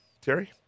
Terry